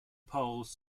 polls